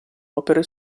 opere